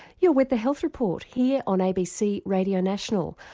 you're with the health report here on abc radio national,